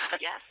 yes